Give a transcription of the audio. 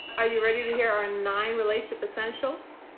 are you ready to hear our nine relationship essentials?